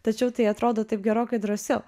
tačiau tai atrodo taip gerokai drąsiau